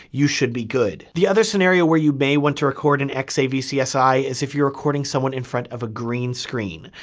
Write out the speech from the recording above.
you should be good. the other scenario where you may want to record in xavc s i is if you're recording someone in front of a green screen.